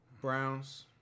Browns